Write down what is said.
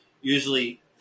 usually